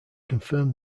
confirm